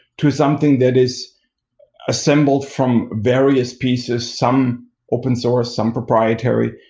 to something that is assembled from various pieces. some open source, some proprietary,